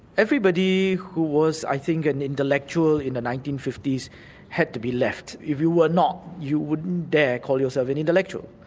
everybody who was i think an intellectual in the nineteen fifty s had to be left. if you were not, you wouldn't dare call yourself an intellectual.